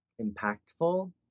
impactful